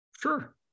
Sure